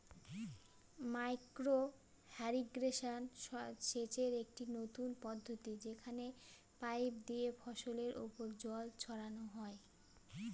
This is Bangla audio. মাইক্র ইর্রিগেশন সেচের একটি নতুন পদ্ধতি যেখানে পাইপ দিয়ে ফসলের ওপর জল ছড়ানো হয়